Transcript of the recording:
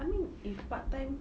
I mean if part time